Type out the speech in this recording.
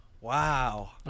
Wow